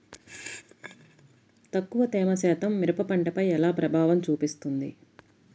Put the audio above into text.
తక్కువ తేమ శాతం మిరప పంటపై ఎలా ప్రభావం చూపిస్తుంది?